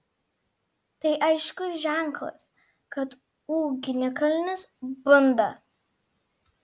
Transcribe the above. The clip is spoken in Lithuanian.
tai aiškus ženklas kad ugnikalnis bunda